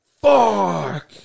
Fuck